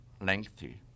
lengthy